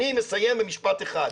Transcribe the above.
אני מסיים במשפט אחד,